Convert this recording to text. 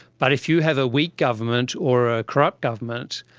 but if you have a weak government or a corrupt government,